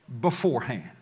beforehand